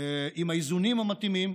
עם האיזונים המתאימים,